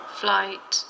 flight